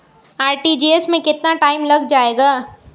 RTGS में कितना time लग जाएगा?